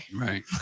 Right